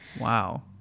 Wow